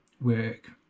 work